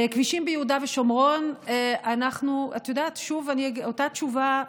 כבישים ביהודה ושומרון, שוב, אותה תשובה,